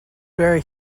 very